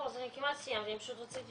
טוב, אז אני כמעט סיימתי, אני פשוט רציתי